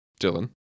Dylan